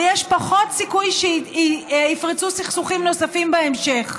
ויש פחות סיכוי שיפרצו סכסוכים נוספים בהמשך.